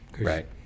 Right